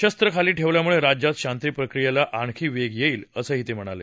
शस्त्र खाली ठेवल्यामुळे राज्यात शांतीप्रक्रियेला आणखी वेग येईल असं ते म्हणाले